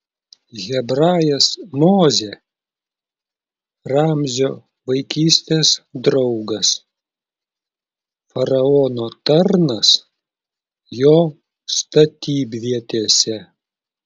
hebrajas mozė ramzio vaikystės draugas faraono tarnas jo statybvietėse